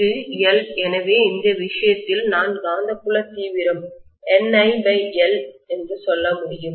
இது L எனவே இந்த விஷயத்தில் நான் காந்தப்புல தீவிரம் NIL சொல்ல முடியும்